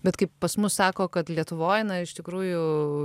bet kaip pas mus sako kad lietuvoj na iš tikrųjų